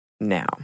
now